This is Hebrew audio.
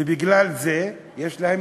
ובגלל זה יש להם